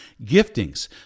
giftings